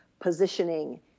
positioning